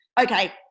Okay